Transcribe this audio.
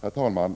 Herr talman!